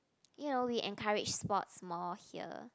you know we encourage sports more here